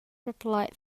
replied